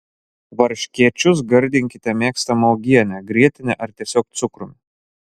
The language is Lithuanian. varškėčius gardinkite mėgstama uogiene grietine ar tiesiog cukrumi